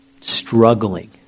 struggling